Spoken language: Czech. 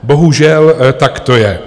Bohužel, tak to je.